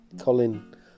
Colin